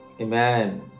amen